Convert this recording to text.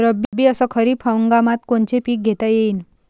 रब्बी अस खरीप हंगामात कोनचे पिकं घेता येईन?